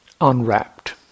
unwrapped